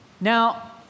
Now